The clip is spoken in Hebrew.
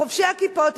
חובשי הכיפות,